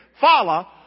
Follow